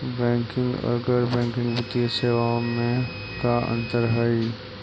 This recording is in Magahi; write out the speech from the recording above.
बैंकिंग और गैर बैंकिंग वित्तीय सेवाओं में का अंतर हइ?